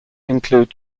include